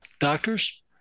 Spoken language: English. Doctors